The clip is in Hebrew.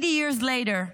80 years later,